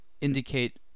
indicate